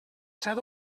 set